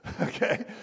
okay